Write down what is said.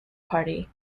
party